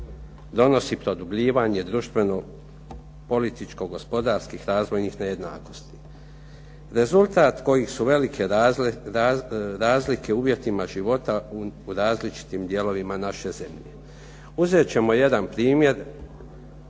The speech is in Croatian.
donosi produbljivanje političko gospodarskih razvojnih nejednakosti. Rezultat kojima su velike razlike uvjetima života u različitim dijelovima naše zemlje. Uzet ćemo jedan primjer